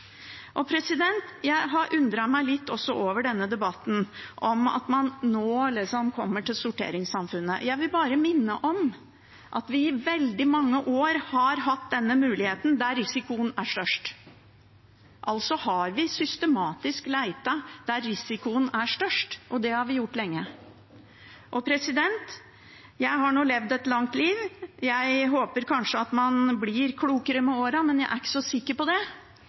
jeg også har undret meg litt over i denne debatten, er at man liksom nå kommer til sorteringssamfunnet. Jeg vil bare minne om at vi i veldig mange år har hatt denne muligheten der risikoen er størst. Vi har altså systematisk lett der risikoen er størst, og det har vi gjort lenge. Jeg har nå levd et langt liv. Jeg håper kanskje at man blir klokere med årene, men jeg er ikke så sikker på det.